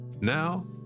Now